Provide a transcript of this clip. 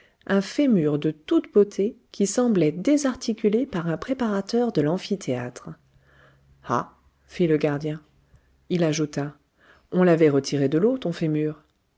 un fémur de toute beauté qui semblait désarticulé par un préparateur de l'amphithéâtre ah fit le gardien il ajouta on l'avait retiré de l'eau ton